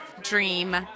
dream